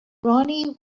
ronnie